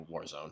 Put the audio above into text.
warzone